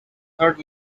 third